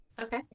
Okay